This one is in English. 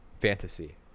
fantasy